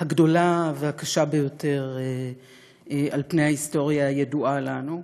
הגדולה והקשה ביותר על פני ההיסטוריה הידועה לנו,